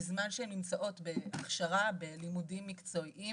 בזמן שהן נמצאות בהכשרה ובלימודים מקצועיים